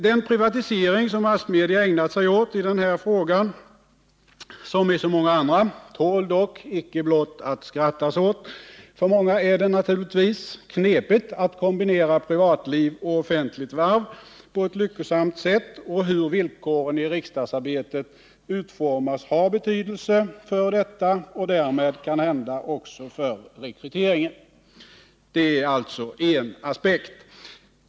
Den privatisering som massmedia ägnat sig åt i denna fråga, som i så många andra, tål dock icke blott att skrattas åt. För många är det naturligtvis knepigt att kombinera privatliv och offentligt värv på ett lyckosamt sätt, och hur villkoren för riksdagsarbetet utformas har betydelse för detta och därmed kanhända också för rekryteringen. Detta är alltså en aspekt.